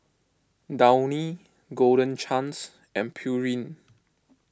Downy Golden Chance and Pureen